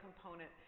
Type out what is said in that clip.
component